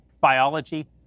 biology